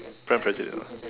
Pride and Prejudice ah